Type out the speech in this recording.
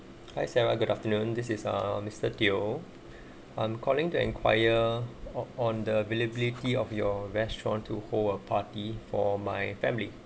hi sarah good afternoon this is uh mister teo I'm calling to enquire or on the availability of your restaurant to hold a party for my family